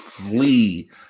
flee